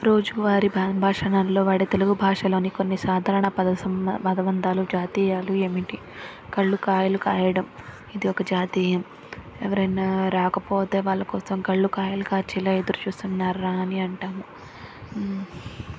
రోజువారి భా బాషణల్లో వాడే తెలుగు భాషలోని కొన్ని సాధారణ పదసంబంద పదబంధాలు జాతీయాలు ఏమిటి కళ్ళు కాయలు కాయడం ఇది ఒక జాతీయం ఎవరైన రాకపోతే వాళ్ళ కోసం కళ్ళు కాయలు కాచేలా ఎదురుచూస్తున్నారా అని అంటాము